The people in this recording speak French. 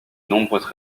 nombreuses